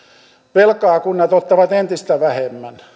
velkaa kunnat ottavat entistä vähemmän